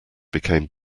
became